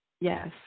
Yes